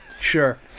Sure